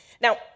Now